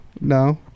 No